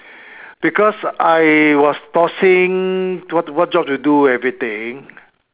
because I was tossing what what job to do everything